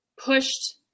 pushed